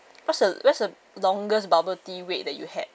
where's the where's the longest bubble tea wait that you had